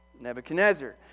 Nebuchadnezzar